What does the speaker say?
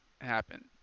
happen